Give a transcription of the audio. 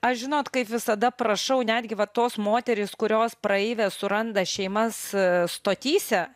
aš žinot kaip visada prašau netgi vat tos moterys kurios praeivės suranda šeimas stotyse